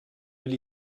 will